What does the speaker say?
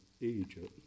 Egypt